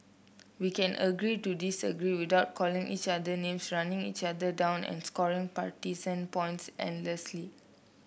we can agree to disagree without calling each other names running each other down and scoring partisan points endlessly